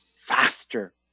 faster